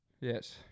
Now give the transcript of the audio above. Yes